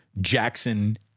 Jackson